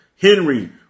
Henry